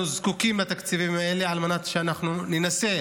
אנחנו זקוקים לתקציבים האלה על מנת שאנחנו ננסה